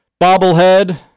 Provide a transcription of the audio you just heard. bobblehead